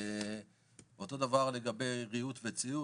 אותו דבר לגבי ריהוט וציוד.